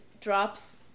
drops